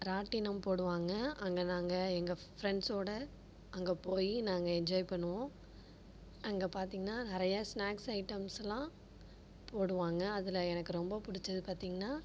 ராட்டினம் போடுவாங்க அங்கே நாங்கள் எங்கள் ஃப்ரெண்ட்ஸ்சோடு அங்கே போய் நாங்கள் என்ஜாய் பண்ணுவோம் அங்கே பார்த்திங்ன்னா நிறைய ஸ்னாக்ஸ் ஐட்டம்ஸெலாம் போடுவாங்க அதில் எனக்கு ரொம்ப பிடிச்சது பார்த்திங்ன்னா